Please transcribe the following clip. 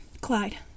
Clyde